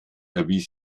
erwies